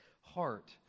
Heart